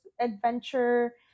adventure